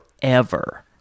forever